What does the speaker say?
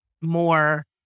more